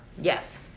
Yes